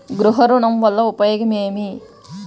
గృహ ఋణం వల్ల ఉపయోగం ఏమి?